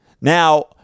Now